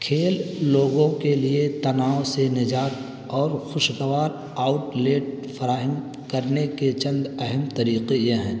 کھیل لوگوں کے لیے تناؤ سے نجات اور خوش گوار آؤٹلیٹ فراہم کرنے کے چند اہم طریقے یہ ہیں